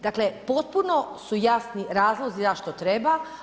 Dakle, potpuno su jasni razlozi zašto treba.